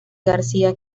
garcía